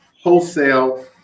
wholesale